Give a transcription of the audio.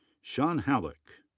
sean halik.